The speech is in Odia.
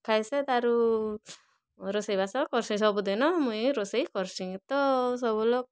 ଖାଇସେତ୍ ଆରୁ ରୋଷେଇ ବାସ କର୍ସିଁ ସବୁ ଦିନ ମୁଇଁ ରୋଷେଇ କର୍ସିଁ ତ ସବୁ ଲୋକ୍